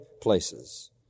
places